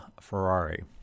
Ferrari